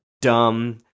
dumb